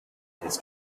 his